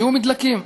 זיהום מדלקים,